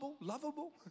lovable